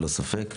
ללא ספק.